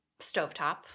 stovetop